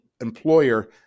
employer